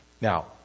Now